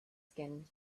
skin